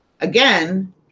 Again